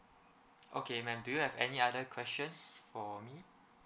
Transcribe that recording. okay ma'am do you have any other questions for me